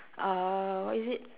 uh what is it